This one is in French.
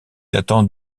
datant